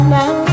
now